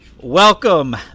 Welcome